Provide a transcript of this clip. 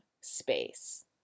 space